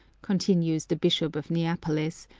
continues the bishop of neapolis,